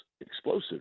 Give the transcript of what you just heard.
explosive